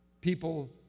People